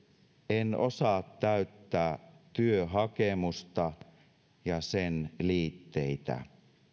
en osaa täyttää työhakemusta ja sen liitteitä